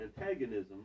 antagonism